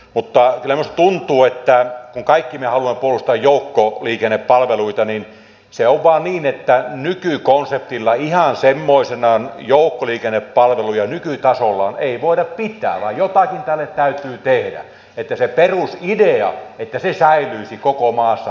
kyllä minusta tuntuu että kun kaikki me haluamme puolustaa joukkoliikennepalveluita niin se on vain niin että nykykonseptilla ihan semmoisenaan joukkoliikennepalveluja nykytasollaan ei voida pitää vaan jotakin tälle täytyy tehdä että se perusidea että se säilyisi koko maassa olisi elinvoimainen